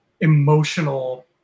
emotional